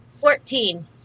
Fourteen